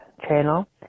channel